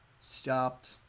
stopped